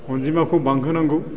अनजिमाखौ बांहोनांगौ